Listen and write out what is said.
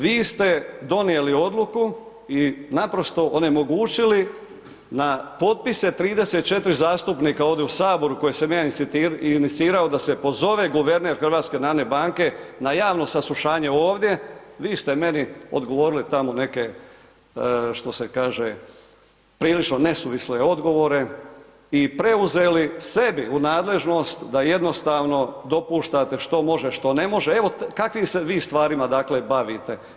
Vi ste donijeli odluku i naprosto onemogućili na potpise 34 zastupnika ovdje u saboru koje sam ja inicirao a se pozove guverner HNB-a na javno saslušanje ovdje, vi ste meni odgovorili one neke, što se kaže, prilično nesuvisle odgovore i preuzeli sebi u nadležnost da jednostavno dopuštate što može što ne može, evo kakvim se vi stvarima dakle, bavite.